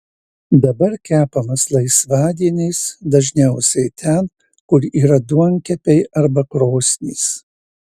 dabar kepamas laisvadieniais dažniausiai ten kur yra duonkepiai arba krosnys